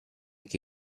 che